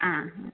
ആ